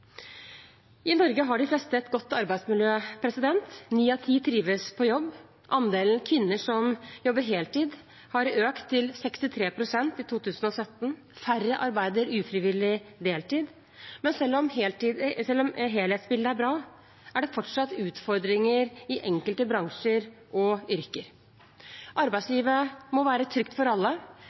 I Norge har de fleste et godt arbeidsmiljø. Ni av ti trives på jobb. Andelen kvinner som jobber heltid, har økt til 63 pst. i 2017. Færre arbeider ufrivillig deltid. Men selv om helhetsbildet er bra, er det fortsatt utfordringer i enkelte bransjer og yrker. Arbeidslivet må være trygt for alle.